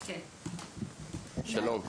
שלום.